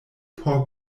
por